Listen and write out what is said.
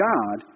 God